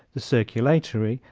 the circulatory,